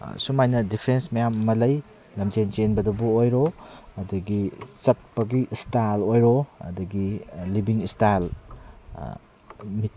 ꯁꯨꯃꯥꯏꯅ ꯗꯤꯐ꯭ꯔꯦꯟꯁ ꯃꯌꯥꯝ ꯑꯃ ꯂꯩ ꯂꯝꯖꯦꯜ ꯆꯦꯟꯕꯗꯕꯨ ꯑꯣꯏꯔꯣ ꯑꯗꯒꯤ ꯆꯠꯄꯒꯤ ꯏꯁꯇꯥꯏꯜ ꯑꯣꯏꯔꯣ ꯑꯗꯒꯤ ꯂꯤꯕꯤꯡ ꯏꯁꯇꯥꯏꯜ ꯃꯤꯠ